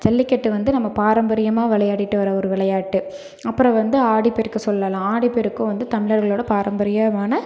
ஜல்லிக்கட்டு வந்து நம்ம பாரம்பரியமான விளையாடிட்டு வர ஒரு விளையாட்டு அப்புறம் வந்து ஆடிப்பெருக்கு சொல்லலாம் ஆடிப்பெருக்கும் வந்து தமிழர்களோடய பாரம்பரியமான